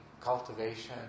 cultivation